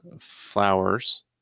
flowers